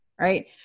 right